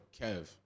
Kev